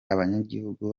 abanyagihugu